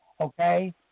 okay